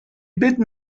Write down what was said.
bitten